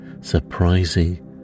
surprising